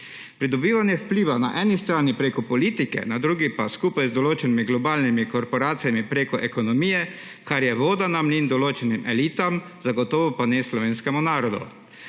Pridobivanje vpliva na eni strani preko politike, na drugi pa skupaj z določenimi globalnimi korporacijami preko ekonomije, kar je voda na mlin določenim elitam, zagotovo pa ne slovenskemu narodu.